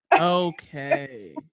okay